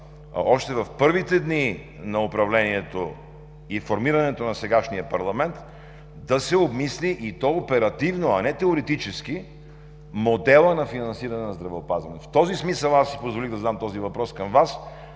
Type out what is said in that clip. още в първите дни на управлението и формирането на сегашния парламент, да се обмисли, и то оперативно, а не теоретически, моделът на финансиране на здравеопазването. В този смисъл си позволих да задам този въпрос към Вас.